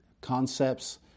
concepts